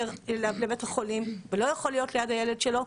לבית החולים ולא יכול להיות ליד הילד שלו,